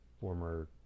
former